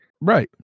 Right